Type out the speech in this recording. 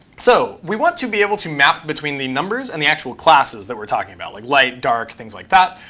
so we want to be able to map between the numbers and the actual classes that we're talking about, like light, dark, things like that.